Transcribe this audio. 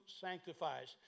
sanctifies